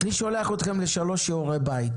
אני שולח אתכם לשיעורי בית